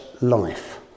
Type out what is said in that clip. life